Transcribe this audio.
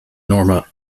norma